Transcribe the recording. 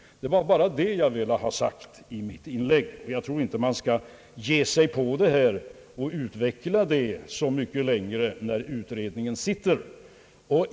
Det var bara det jag ville ha sagt i mitt inlägg, och jag tror inte att man skall utveckla detta vidare, så länge utredningens arbete inte är slutfört.